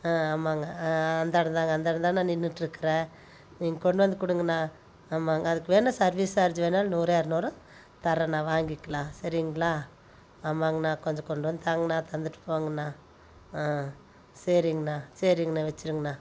ஆ ஆமாங்க ஆ அந்த இடம் தாங்க அந்த இடம் தான் நின்னுட்டுருக்குறேன் நீங்கள் கொண்டு வந்து கொடுங்கண்ணா ஆமாங்க அதுக்கு வேணுணா சர்விஸ் சார்ஜ் வேணுணா நூறோ இரநூறோ தரறேன்ணா வாங்கிக்கலாம் சரிங்களா ஆமாங்ண்ணா கொஞ்சம் கொண்டு வந்து தாங்கண்ணா தந்துட்டு போங்கண்ணா ஆ சரிங்ண்ணா சரிங்ண்ணா வச்சிடுங்ண்ணா